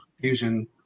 Fusion